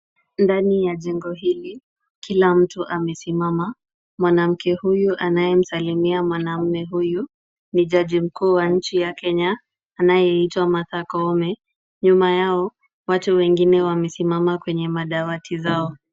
Ndani ya jengo hili kila mtu amesimama, mwanamke huyu anayemsalimia mwanaume huyu ni jaji mkuu wa nchi ya Kenya anayeitwa Martha Koome. Nyuma yao watu wengine wamesimama kwenye madawati zao.